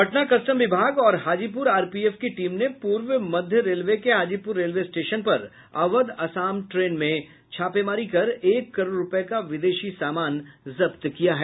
Patna custom विभाग और Hajipur RPF की टीम ने पूर्व मध्य रेलवे के हाजीपुर रेलवे स्टेशन पर अवध असम ट्रेन में छापेमारी कर एक करोड़ रूपये का विदेशी समान जब्त किया है